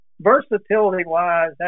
versatility-wise